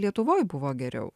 lietuvoj buvo geriau